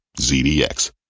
ZDX